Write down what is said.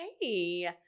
hey